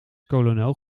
kolonel